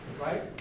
right